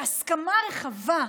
בהסכמה רחבה,